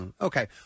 Okay